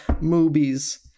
movies